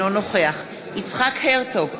אינו נוכח יצחק הרצוג,